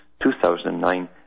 2009